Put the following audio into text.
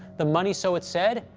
the money, so it's said,